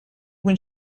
when